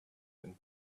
and